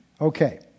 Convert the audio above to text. Okay